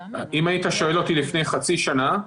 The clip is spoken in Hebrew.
אם היית שואל אותי לפני חצי שנה,